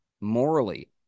morally